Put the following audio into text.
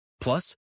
Plus